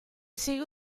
sigue